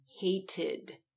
hated